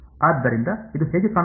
ಆದ್ದರಿಂದ ಇದು ಹೇಗೆ ಕಾಣುತ್ತದೆ